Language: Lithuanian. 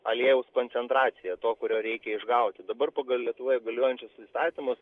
aliejaus koncentracija to kurio reikia išgauti dabar pagal lietuvoje galiojančius įstatymus